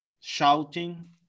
shouting